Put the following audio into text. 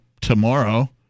tomorrow